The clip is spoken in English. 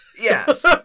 Yes